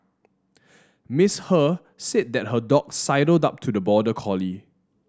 Miss He said that her dog sidled up to the border collie